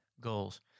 goals